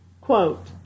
Quote